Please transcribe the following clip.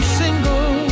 single